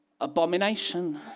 abomination